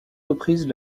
reprises